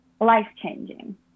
life-changing